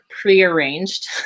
pre-arranged